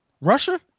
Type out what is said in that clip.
Russia